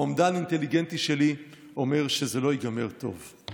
האומדן האינטליגנטי שלי אומר שזה לא ייגמר טוב.